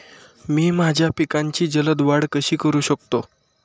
मी माझ्या पिकांची जलद वाढ कशी करू शकतो?